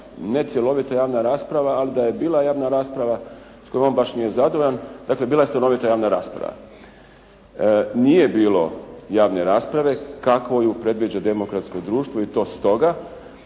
necjelovita javna rasprava, ali da je bila javna rasprava s kojom on baš nije zadovoljan, dakle, bila je stanovita javna rasprava. Nije bilo javne rasprave kakvom ju predviđa demokratsko društvo i to stoga